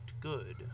good